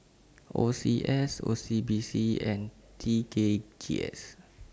O C S O C B C and T K G S